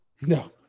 No